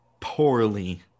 poorly